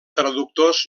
traductors